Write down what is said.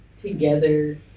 together